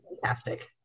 fantastic